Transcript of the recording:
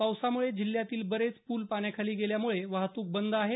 पावसामुळे जिल्हातील बरेच पूल पाण्याखाली गेल्यामुळे वाहतूक बंद आहे